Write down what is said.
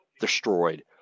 destroyed